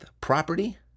property